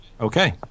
Okay